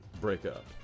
breakup